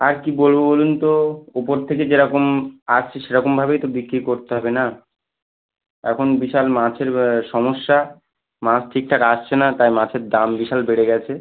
আর কী বলবো বলুন তো উপর থেকে যেরকম আসছে সেরকমভাবেই তো বিক্রি করতে হবে না এখন বিশাল মাছের সমস্যা মাছ ঠিকঠাক আসছে না তাই মাছের দাম বিশাল বেড়ে গেছে